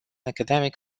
academic